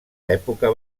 època